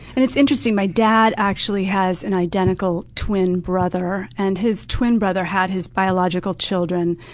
and it's interesting, my dad actually has an identical twin brother, and his twin brother had his biological children.